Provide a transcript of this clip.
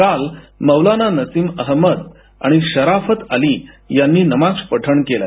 काल मौलाना नसीम अहमद शराफत अली यांनी नमाज पठण केलं